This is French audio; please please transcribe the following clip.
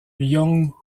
young